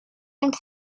and